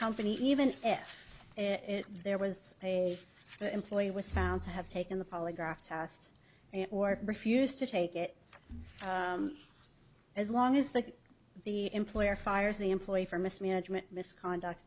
company even if there was a employee was found to have taken the polygraph test or refused to take it as long as the the employer fires the employee for mismanagement misconduct